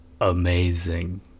amazing